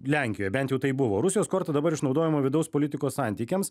lenkijoj bent jau tai buvo rusijos korta dabar išnaudojama vidaus politikos santykiams